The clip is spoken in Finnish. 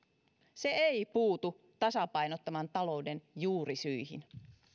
se ei puutu tasapainottoman talouden juurisyihin